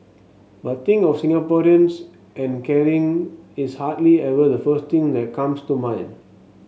but think of Singaporeans and caring is hardly ever the first thing that comes to mind